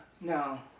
no